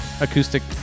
acoustic